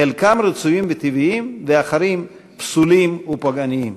חלקם רצויים וטבעיים ואחרים פסולים ופוגעניים.